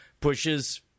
pushes